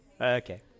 Okay